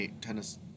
tennis